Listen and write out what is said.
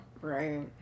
Right